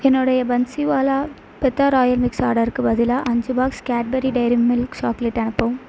என்னுடைய Bansiwala petha royal mix ஆர்டருக்குப் பதிலாக அஞ்சு box Cadbury dairy milk chocolate அனுப்பவும்